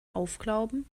aufklauben